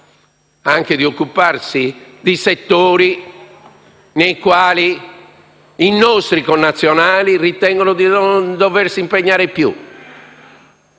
di occuparsi anche di settori nei quali i nostri connazionali ritengono di non doversi più impegnare.